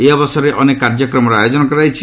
ଏହି ଅବସରରେ ଅନେକ କାର୍ଯ୍ୟକ୍ରମର ଆୟୋଜନ କରାଯାଇଛି